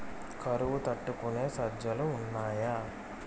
కరువు తట్టుకునే సజ్జలు ఉన్నాయా